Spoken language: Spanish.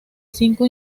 cinco